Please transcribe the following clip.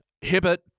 Hibbert